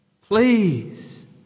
Please